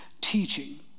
teaching